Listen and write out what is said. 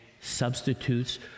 substitutes